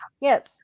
yes